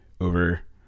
Over